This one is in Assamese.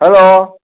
হেল্ল'